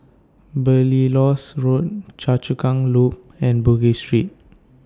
Belilios Road Choa Chu Kang Loop and Bugis Street